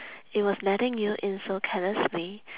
it was letting you in so carelessly